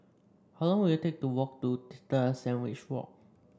how long will it take to walk to Sandwich Road